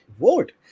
vote